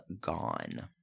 gone